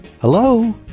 Hello